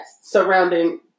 surrounding